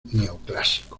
neoclásico